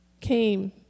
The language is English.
came